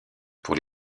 pour